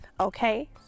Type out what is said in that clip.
Okay